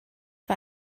war